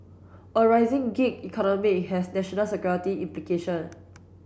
a rising gig economy has national security implication